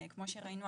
כמו שראינו,